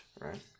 right